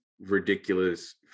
ridiculous